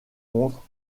contre